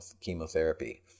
chemotherapy